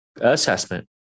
assessment